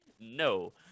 No